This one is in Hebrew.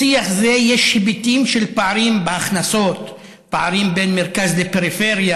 לשיח זה יש היבטים של פערים בהכנסות ופערים בין מרכז לפריפריה,